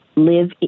live